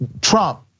Trump